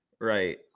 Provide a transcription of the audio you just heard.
right